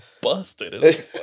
busted